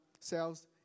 cells